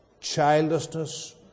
childlessness